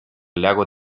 lago